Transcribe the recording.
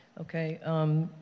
Okay